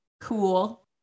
cool